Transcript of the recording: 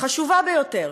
חשובה ביותר.